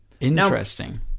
interesting